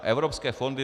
Evropské fondy.